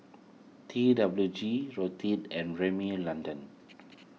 T W G Lotte and Rimmel London